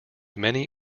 many